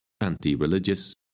anti-religious